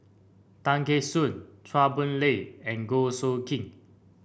Tay Kheng Soon Chua Boon Lay and Goh Soo Khim